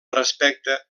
respecte